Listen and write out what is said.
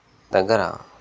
దగ్గర